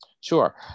Sure